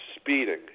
speeding